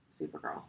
Supergirl